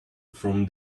from